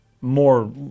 more